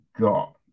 got